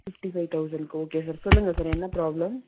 fifty five தௌசண்ட்டுக்கு okay sir சொல்லுங்கள் sir என்ன ப்ராப்ளம்